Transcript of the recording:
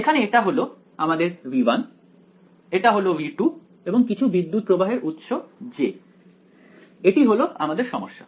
এখানে এটা হলো আমাদের V1 এটা হল V2 এবং কিছু বিদ্যুত্ প্রবাহের উৎস J এটি হলো আমাদের সমস্যা